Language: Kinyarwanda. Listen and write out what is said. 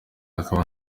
akaba